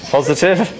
Positive